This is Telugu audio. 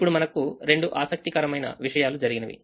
ఇప్పుడు మనకు రెండు ఆసక్తికరమైన విషయాలు జరిగినవి